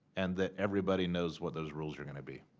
and that everybody knows what those rules are going to be.